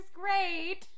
great